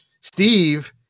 Steve